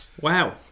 Wow